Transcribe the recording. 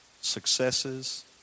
successes